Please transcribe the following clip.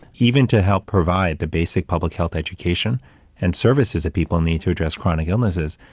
even to help provide the basic public health education and services that people need to address chronic illnesses.